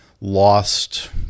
lost